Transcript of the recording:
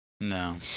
No